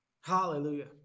Hallelujah